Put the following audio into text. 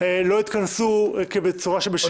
לא התכנסו בצורה שבשגרה,